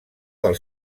del